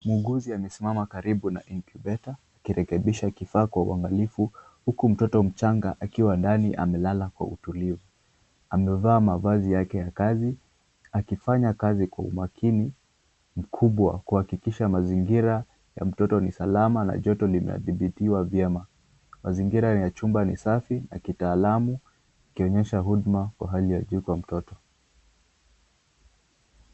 Muuguzi amesimama karibu na [c]incubator[c] akirekebisha kifaa kwa uangalifu huku mtoto mchanga akiwa ndani amelala kwa utulivu. Amevaa mavazi yake ya kazi akifanya kazi kwa umakini mkubwa kuhakikisha mazingira ya mtoto ni salama na joto linadhibitwa vyema. Mazingira ya chumba ni safi na kitaalamu ikionyesha huduma Kwa hali ya juu kwa mtoto.